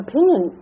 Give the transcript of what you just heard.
Opinion